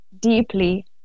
deeply